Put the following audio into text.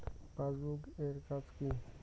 Passbook এর কাজ কি?